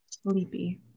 sleepy